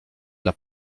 dla